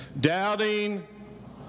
Doubting